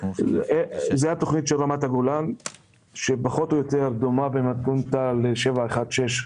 זאת התכנית של רמת הגולן שפחות או יותר דומה במתכונתה ל-716,